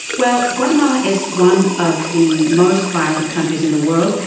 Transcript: well, guatemala is one of the most violent countries in the world.